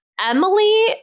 emily